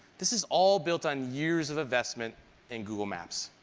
this is all built on years of investment in google maps.